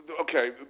okay